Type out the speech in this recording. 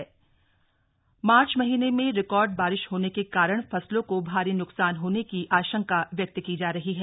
फसलों को नुकसान टिहरी मार्च महीने में रिकॉर्ड बारिश होने के कारण फसलों को भारी नुकसान होने की आशंका व्यक्त की जा रही है